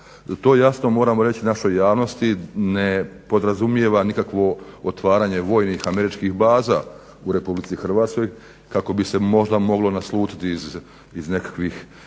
To jasno moramo reći našoj javnosti. Ne podrazumijeva nikakvo otvaranje vojnih američkih baza u RH kako bi se možda moglo naslutiti iz nekakvih,